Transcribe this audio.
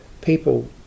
people